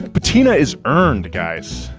patina is earned, guys.